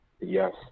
Yes